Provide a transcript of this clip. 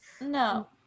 No